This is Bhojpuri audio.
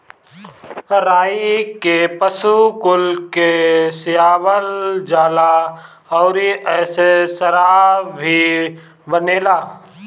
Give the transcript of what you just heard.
राई के पशु कुल के खियावल जाला अउरी एसे शराब भी बनेला